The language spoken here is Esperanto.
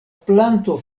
planto